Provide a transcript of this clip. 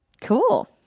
Cool